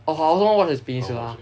oh I also haven't watch peninsula